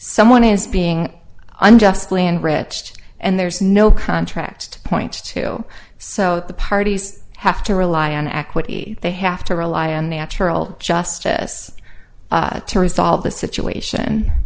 someone is being unjustly enriched and there's no contract to point to so the parties have to rely on equity they have to rely on natural justice to resolve the situation